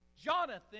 Jonathan